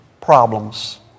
problems